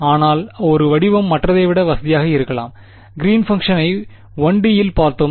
ஆனால் ஒரு வடிவம் மற்றதை விட வசதியாக இருக்கலாம் கிறீன் பங்க்ஷனை 1 டி இல் பார்த்தோம்